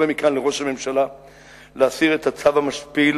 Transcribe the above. מכאן לראש הממשלה להסיר את הצו המשפיל,